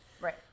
Right